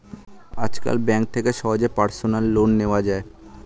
আজকাল ব্যাঙ্ক থেকে সহজেই পার্সোনাল লোন নেওয়া যায়